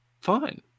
fine